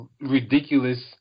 ridiculous